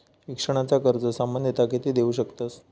शिक्षणाचा कर्ज सामन्यता किती देऊ शकतत?